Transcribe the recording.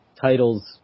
titles